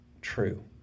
true